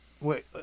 Wait